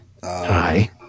Hi